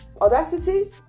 audacity